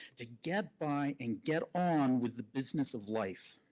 to get by and get on with the business of life.